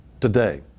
today